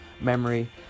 memory